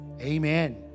Amen